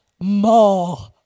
more